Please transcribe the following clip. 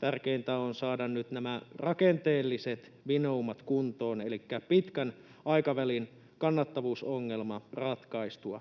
Tärkeintä on saada nyt nämä rakenteelliset vinoumat kuntoon elikkä pitkän aikavälin kannattavuusongelma ratkaistua.